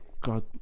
god